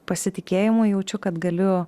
pasitikėjimu jaučiu kad galiu